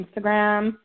Instagram